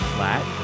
Flat